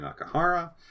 Nakahara